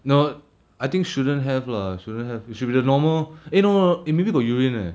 no I think shouldn't have lah shouldn't have it should be the normal eh no no no eh maybe got urine leh